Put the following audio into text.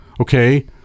okay